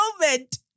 moment